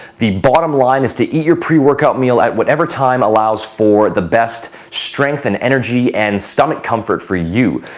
the bottom line is to eat your pre-workout meal at whatever time allows for the best strength, and energy and stomach comfort for you.